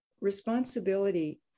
responsibility